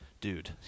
Dude